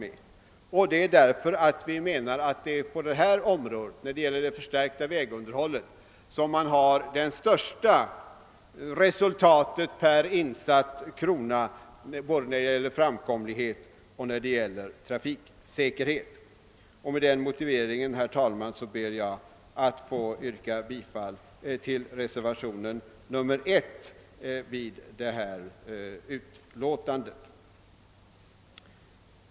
Anledningen är att vi menar, att det är på det området, alltså vad beträffar det förstärkta vägunderhållet, som man uppnår det största resultatet per insatt krona både i fråga om framkomlighet och trafiksäkerhet. Med den motiveringen ber jag, herr talman, att få yrka bifall till reservationen 1 vid detta utlåtande.